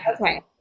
Okay